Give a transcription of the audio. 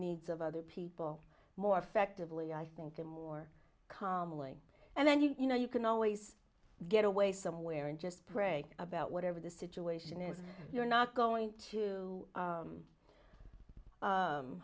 needs of other people more affected lee i think the more calmly and then you know you can always get away somewhere and just pray about whatever the situation is you're not going to